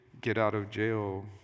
get-out-of-jail